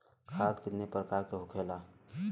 खाद कितने प्रकार के होखेला?